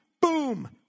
boom